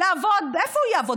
לעבוד איפה הוא יעבוד?